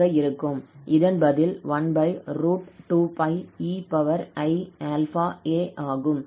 இதன் பதில் 12πei∝a ஆகும்